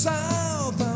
South